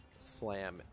slam